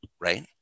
right